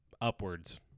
upwards